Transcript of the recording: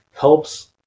helps